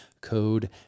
code